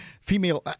female